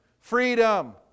Freedom